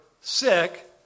sick